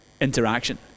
interaction